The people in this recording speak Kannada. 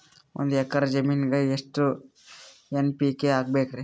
ಒಂದ್ ಎಕ್ಕರ ಜಮೀನಗ ಎಷ್ಟು ಎನ್.ಪಿ.ಕೆ ಹಾಕಬೇಕರಿ?